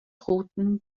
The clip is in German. routen